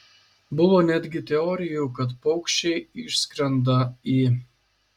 buvo netgi teorijų kad paukščiai išskrenda į